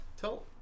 tell